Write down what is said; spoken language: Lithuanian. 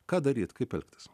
ką daryt kaip elgtis